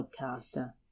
podcaster